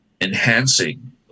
enhancing